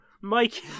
Mike